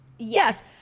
Yes